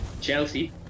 Chelsea